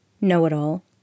Know-it-all